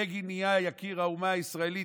בגין נהיה יקיר האומה הישראלית,